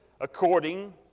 according